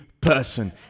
person